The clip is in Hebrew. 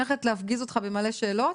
אני הולכת להפגיז אותך במלא שאלות.